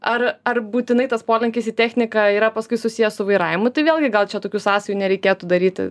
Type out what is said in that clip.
ar ar būtinai tas polinkis į techniką yra paskui susijęs su vairavimu tai vėlgi gal čia tokių sąsajų nereikėtų daryti